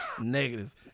Negative